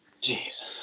Jesus